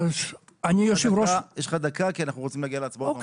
יש לך דקה, כי אנחנו רוצים להגיע להצבעות.